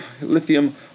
lithium